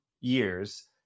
years